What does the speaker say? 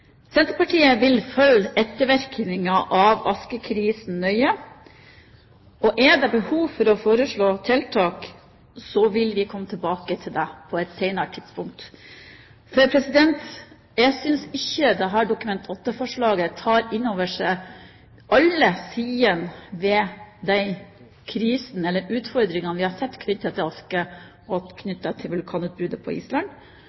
Senterpartiet vil følge ettervirkningene av askekrisen nøye, og er det behov for å foreslå tiltak, vil vi komme tilbake til det på et senere tidspunkt. Jeg synes ikke dette Dokument 8-forslaget tar inn over seg alle sidene ved de utfordringene vi har sett knyttet til aske fra vulkanutbruddet på Island.